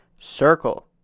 Circle